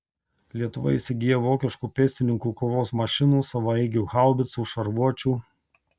lietuva įsigyja vokiškų pėstininkų kovos mašinų savaeigių haubicų šarvuočių